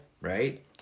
Right